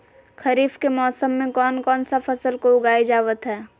खरीफ के मौसम में कौन कौन सा फसल को उगाई जावत हैं?